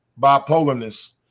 bipolarness